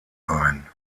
ein